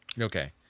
okay